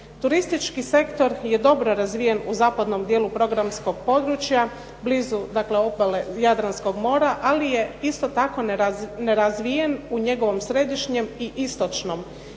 Turistički sektor je dobro razvijen u zapadnom dijelu programskog područja blizu obale Jadranskog mora ali je isto tako nerazvijen u njegovom središnjem i istočnom